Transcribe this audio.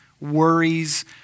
worries